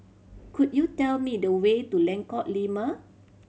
could you tell me the way to Lengkok Lima